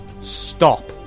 stop